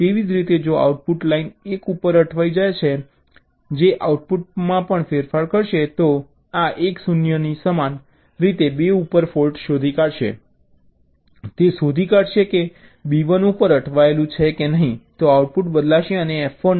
તેવી જ રીતે જો આઉટપુટ લાઇન 1 ઉપર અટવાઈ જાય છે જે આઉટપુટમાં પણ ફેરફાર કરશે તો આ 1 0 સમાન રીતે B ઉપર ફૉલ્ટ શોધી કાઢશે તે શોધી કાઢશે કે B 1 ઉપર અટવાયેલું છે કે નહીં તો આઉટપુટ બદલાશે અને F 1 પણ